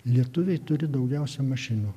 lietuviai turi daugiausia mašinų